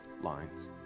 lines